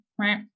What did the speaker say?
Right